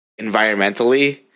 environmentally